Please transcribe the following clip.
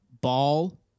ball